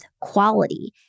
quality